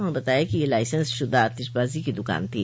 उन्होंने बताया कि यह लाइसेंस शुदा आतिशबाजी की दुकान थी